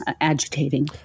agitating